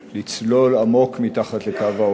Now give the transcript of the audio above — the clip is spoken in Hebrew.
לצלול עמוק מתחת לקו העוני.